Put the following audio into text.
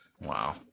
Wow